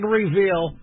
reveal